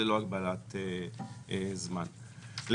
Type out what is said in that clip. החוק קובע שני מסלולים לוועדה ההומניטרית.